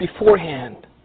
beforehand